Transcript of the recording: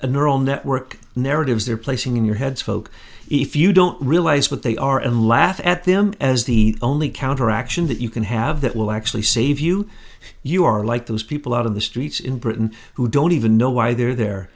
neural network narratives they're placing in your heads folks if you don't realize what they are and laugh at them as the only counteraction that you can have that will actually save you if you are like those people out of the streets in britain who don't even know why they're there